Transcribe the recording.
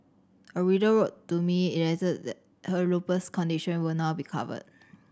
a reader wrote to me elated that her lupus condition will now be covered